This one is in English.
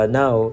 now